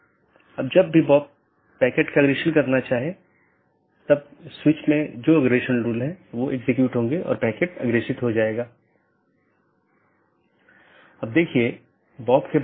और BGP protocol के तहत एक BGP डिवाइस R6 को EBGP के माध्यम से BGP R1 से जुड़ा हुआ है वहीँ BGP R3 को BGP अपडेट किया गया है और ऐसा ही और आगे भी है